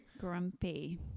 Grumpy